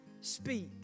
speak